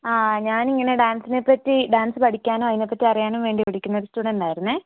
ആ ഞാനിങ്ങനെ ഡാൻസിനെപ്പറ്റി ഡാൻസ് പഠിക്കാനോ അതിനെപ്പറ്റി അറിയാനും വേണ്ടി വിളിക്കുന്ന ഒരു സ്റ്റുഡന്റായിരുന്നേ